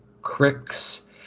Crick's